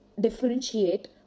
differentiate